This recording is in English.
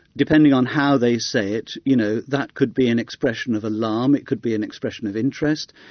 depending on how they say it, you know that could be an expression of alarm, it could be an expression of interest,